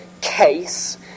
case